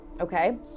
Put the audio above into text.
okay